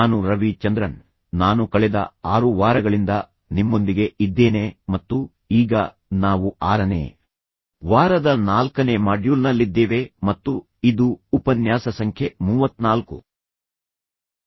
ನಾನು ರವಿ ಚಂದ್ರನ್ ನಾನು ಕಳೆದ ಆರು ವಾರಗಳಿಂದ ನಿಮ್ಮೊಂದಿಗೆ ಇದ್ದೇನೆ ಮತ್ತು ಈಗ ನಾವು ಆರನೇ ವಾರದ ನಾಲ್ಕನೇ ಮಾಡ್ಯೂಲ್ನಲ್ಲಿದ್ದೇವೆ ಮತ್ತು ಇದು ಉಪನ್ಯಾಸ ಸಂಖ್ಯೆ ಮೂವತ್ನಾಲ್ಕು